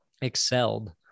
excelled